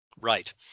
right